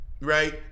Right